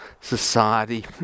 society